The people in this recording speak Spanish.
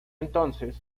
entonces